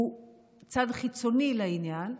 הוא צד חיצוני לעניין.